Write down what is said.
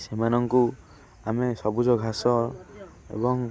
ସେମାନଙ୍କୁ ଆମେ ସବୁଜ ଘାସ ଏବଂ